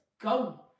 go